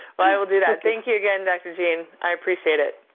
well i will do that. thank you again, dr. jean, i appreciate it.